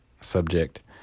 subject